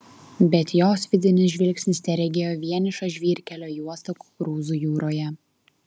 bet jos vidinis žvilgsnis teregėjo vienišą žvyrkelio juostą kukurūzų jūroje